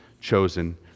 chosen